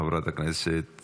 חברת הכנסת